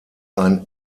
ein